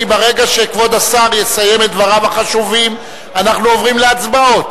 כי ברגע שכבוד השר יסיים את דבריו החשובים אנחנו עוברים להצבעות,